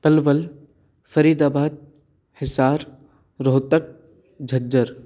Palwal Faridabad Hisar Rohtak Jhajjar